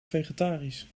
vegetarisch